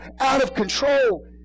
out-of-control